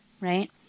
right